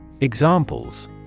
Examples